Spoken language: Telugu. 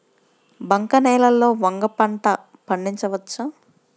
బంక నేలలో వంగ పంట పండించవచ్చా?